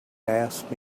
asked